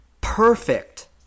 Perfect